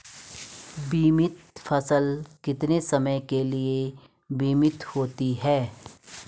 बीमित फसल कितने समय के लिए बीमित होती है?